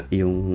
yung